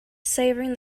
savouring